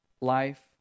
life